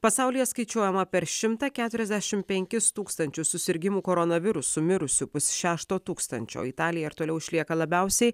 pasaulyje skaičiuojama per šimtą keturiasdešimt penkis tūkstančius susirgimų koronavirusu mirusių pusšešto tūkstančio italija ir toliau išlieka labiausiai